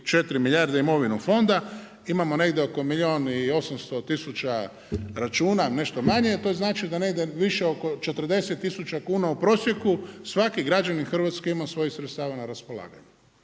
84 milijarde imovinu fonda, imamo negdje oko milijun i 800 tisuća računa, nešto manje, to znači da negdje više oko 40 tisuća kuna u prosjeku svaki građanin Hrvatske ima svojih sredstava na raspolaganju.